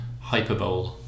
hyperbole